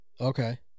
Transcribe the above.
okay